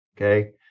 Okay